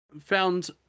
found